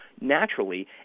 naturally